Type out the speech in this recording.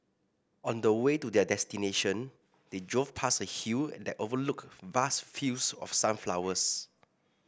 on the way to their destination they drove past a hill that overlooked vast fields of sunflowers